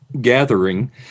gathering